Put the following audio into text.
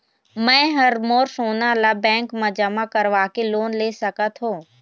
मैं हर मोर सोना ला बैंक म जमा करवाके लोन ले सकत हो?